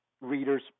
readers